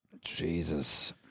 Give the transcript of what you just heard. Jesus